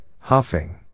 huffing